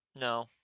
No